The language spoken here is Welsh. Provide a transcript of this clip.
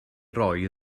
roi